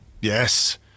yes